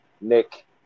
Nick